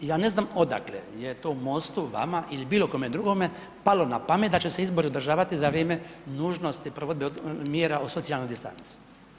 Ja ne znam odakle je to u MOST-u, vama ili bilo kome drugome palo na pamet da će se izbori održavati za vrijeme nužnosti prvo mjera o socijalnoj distanci.